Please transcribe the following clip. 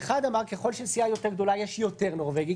האחד אמר שככל שיש סיעה יותר גדולה יש יותר "נורבגי",